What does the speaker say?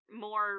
more